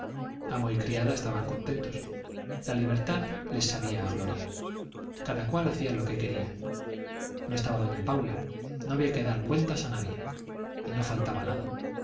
criada estaban contentos la libertad les sabía a gloria cada cual hacía lo que quería no estaba doña paula no había que dar cuentas a nadie y no faltaba nada